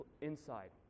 inside